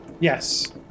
Yes